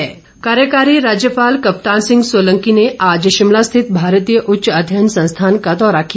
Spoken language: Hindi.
राज्यपाल दौरा कार्यकारी राज्यपाल कप्तान सिंह सोलंकी ने आज शिमला स्थित भारतीय उच्च अध्ययन संस्थान का दौरा किया